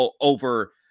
over